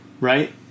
right